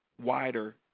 wider